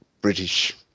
British